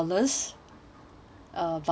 uh voucher